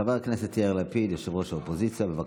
חבר הכנסת יאיר לפיד, ראש האופוזיציה, בבקשה.